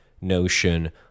notion